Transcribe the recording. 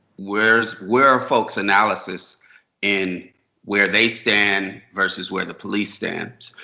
where where are folks analysis in where they stand, versus where the police stands?